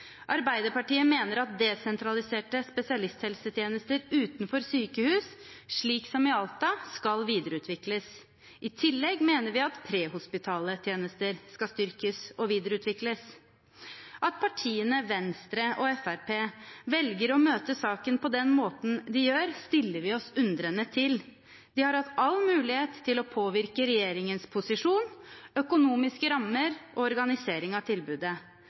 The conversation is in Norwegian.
Arbeiderpartiet mener at desentraliserte spesialisthelsetjenester utenfor sykehus, slik som i Alta, skal videreutvikles. I tillegg mener vi at prehospitale tjenester skal styrkes og videreutvikles. At partiene Venstre og Fremskrittspartiet velger å møte saken på den måten de gjør, stiller vi oss undrende til. De har hatt all mulighet til å påvirke regjeringens posisjon, økonomiske rammer og organisering av tilbudet.